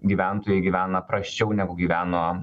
gyventojai gyvena prasčiau negu gyveno